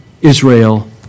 Israel